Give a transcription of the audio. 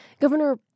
Governor